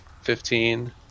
Fifteen